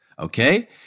Okay